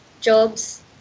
Jobs